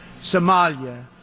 Somalia